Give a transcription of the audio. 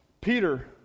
Peter